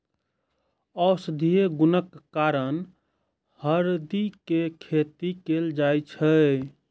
औषधीय गुणक कारण हरदि के खेती कैल जाइ छै